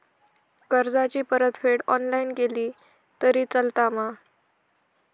कर्जाची परतफेड ऑनलाइन केली तरी चलता मा?